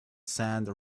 sand